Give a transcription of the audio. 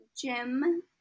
jim